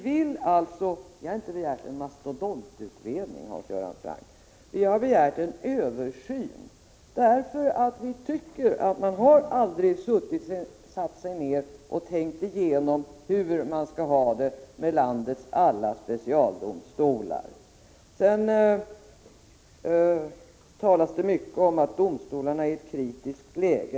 Vi har inte begärt en mastodontutredning, Hans Göran Franck, men vi har begärt en översyn, därför att vi tycker att man aldrig har satt sig ned och tänkt igenom hur man skall ha det med landets alla specialdomstolar. Sedan talas det mycket om att domstolarna befinner sig i ett kritiskt läge.